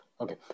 Okay